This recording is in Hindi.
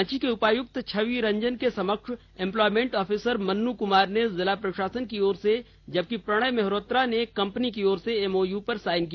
रांची के उपायुक्त छवि रंजन के समक्ष इंप्लॉयमेंट ऑफिसर मन्नू कुमार ने जिला प्रशासन की ओर से जबकि प्रणय मेहरोत्रा ने कंपनी की ओर से एमओयू पर साइन किया